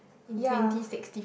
ya